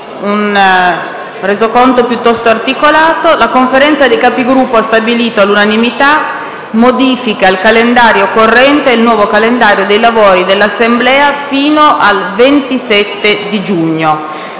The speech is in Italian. apre una nuova finestra"). La Conferenza dei Capigruppo ha stabilito all'unanimità modifiche al calendario corrente e il nuovo calendario dei lavori dell'Assemblea fino al 27 giugno.